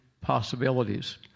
possibilities